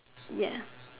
ya